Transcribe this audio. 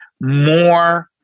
more